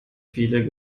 viele